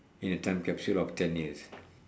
in a time capsule of ten years